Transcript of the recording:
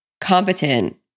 competent